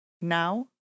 now